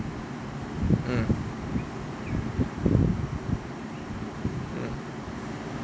mm mm